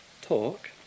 talk